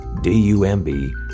D-U-M-B